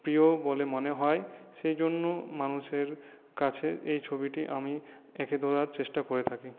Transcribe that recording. প্রিয় বলে মনে হয় সেই জন্য মানুষের কাছে এই ছবিটি আমি এঁকে ধরার চেষ্টা করে থাকি